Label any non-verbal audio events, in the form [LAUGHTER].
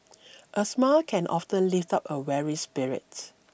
[NOISE] a smile can often lift up a weary spirit